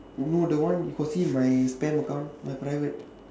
no the one you got see in my spam account my private